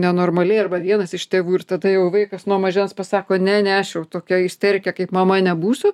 nenormaliai arba vienas iš tėvų ir tada jau vaikas nuo mažens pasako ne ne aš jau tokia isterike kaip mama nebūsiu